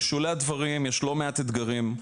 בשולי הדברים יש לא מעט אתגרים.